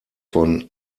von